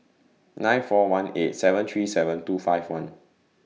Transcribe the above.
nine four one eight seven three seven two five one